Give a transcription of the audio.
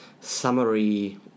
summary